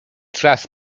czas